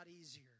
easier